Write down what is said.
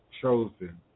chosen